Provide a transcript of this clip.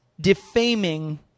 defaming